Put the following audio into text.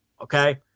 Okay